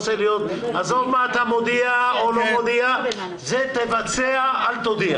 עזוב מה אתה מודיע או לא מודיע, תבצע, אל תודיע.